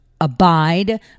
abide